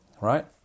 right